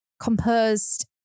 composed